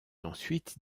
ensuite